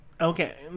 Okay